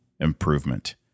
improvement